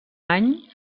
any